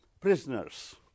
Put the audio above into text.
prisoners